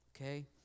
Okay